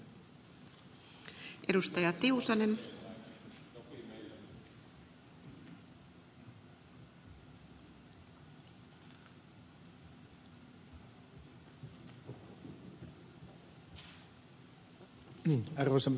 arvoisa valtioneuvos uosukainen